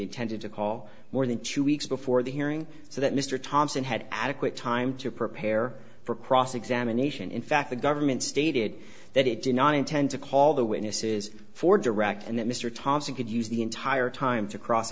intended to call more than two weeks before the hearing so that mr thompson had adequate time to prepare for cross examination in fact the government stated that it did not intend to call the witnesses for direct and that mr thompson could use the entire time to cross